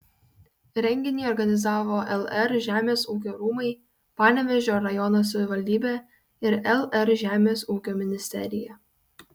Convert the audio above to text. renginį organizavo lr žemės ūkio rūmai panevėžio rajono savivaldybė ir lr žemės ūkio ministerija